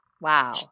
Wow